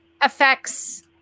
affects